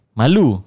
malu